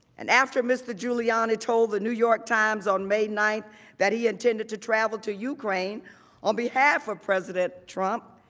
and after mr. giuliani told the new york times on may nine that he intended to travel to ukraine on behalf of president trump,